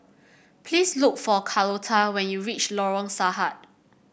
please look for Carlota when you reach Lorong Sarhad